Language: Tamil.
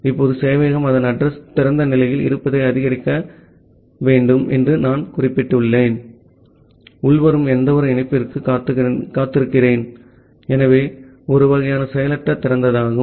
இப்போது சேவையகம் அதன் அட்ரஸ் திறந்த நிலையில் இருப்பதை அறிவிக்க வேண்டும் என்று நான் குறிப்பிட்டுள்ளேன் உள்வரும் எந்தவொரு இணைப்பிற்கும் காத்திருக்கிறேன் ஆகவே இது ஒரு வகையான செயலற்ற திறந்ததாகும்